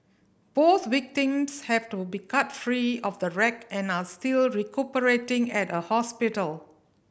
both victims have to be cut free of the wreck and are still recuperating at a hospital